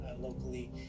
locally